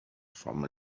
from